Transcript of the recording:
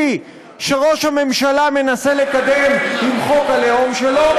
שראש הממשלה מנסה לקדם עם חוק הלאום שלו,